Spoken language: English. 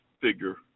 figure